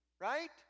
Right